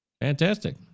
fantastic